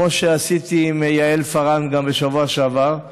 כמו שעשיתי גם עם יעל פארן בשבוע שעבר,